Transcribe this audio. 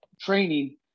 training